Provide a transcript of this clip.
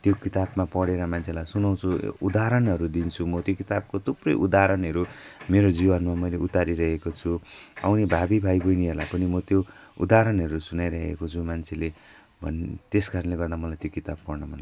त्यो किताबमा पढेर मान्छेलाई सुनाउँछु उदाहरणहरू दिन्छु म त्यो किताबको थुप्रै उदाहरणहरू मेरो जीवनमा मैले उतारिरहेको छु आउने भावी भाइबैनीहरूलाई पनि म त्यो उदाहरणहरू सुनाइरहेको छु मान्छेलाई त्यस कारणले गर्दा मलाई त्यो किताब पढ्न मनलाग्छ